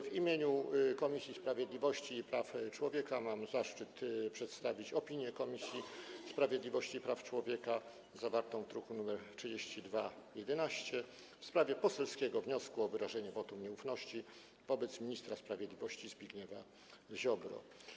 W imieniu Komisji Sprawiedliwości i Praw Człowieka mam zaszczyt przedstawić opinię Komisji Sprawiedliwości i Praw Człowieka zawartą w druku nr 3211 w sprawie poselskiego wniosku o wyrażenie wotum nieufności wobec ministra sprawiedliwości Zbigniewa Ziobry.